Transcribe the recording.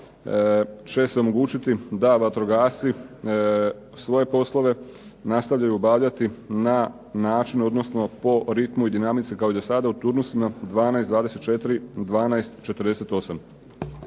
će se omogućiti da vatrogasci svoje poslove nastave obavljati na način, odnosno po ritmu, i dinamici kao i do sada u turnusima 12-24-12-48.